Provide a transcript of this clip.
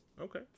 Okay